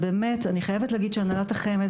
הנהלת החמ"ד,